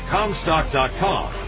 Comstock.com